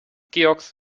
george’s